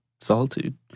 solitude